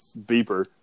beeper